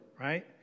right